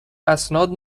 اسناد